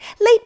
Late